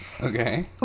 Okay